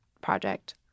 project